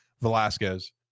Velasquez